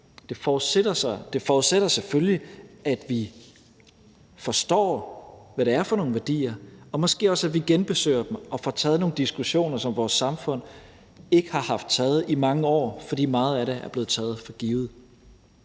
Det forudsætter selvfølgelig, at vi forstår, hvad det er for nogle værdier, og måske også, at vi genbesøger dem og får taget nogle diskussioner, som vores samfund ikke har haft taget i mange år, fordi meget af det er blevet taget for givet.